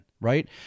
right